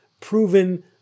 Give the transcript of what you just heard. proven